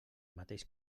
mateix